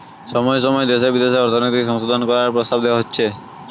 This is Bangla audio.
সময় সময় দেশে বিদেশে অর্থনৈতিক সংশোধন করার প্রস্তাব দেওয়া হচ্ছে